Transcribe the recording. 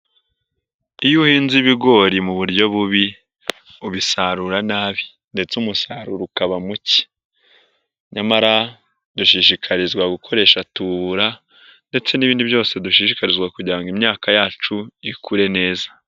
Iyo uhinze ibigori mu buryo bubi, ubisarura nabi ndetse umusaruro ukaba muke. Nyamara ndashishikarizwa gukoresha tubura ndetse n'ibindi byose dushishikarizwa kugira ngo imyaka yacu ikure neza.